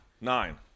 nine